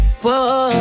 whoa